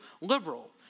liberal